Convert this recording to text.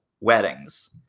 weddings